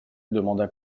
demanda